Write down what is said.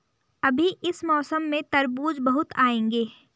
अभी इस मौसम में तरबूज बहुत आएंगे